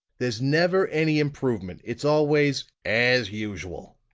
there's never any improvement it's always as usual!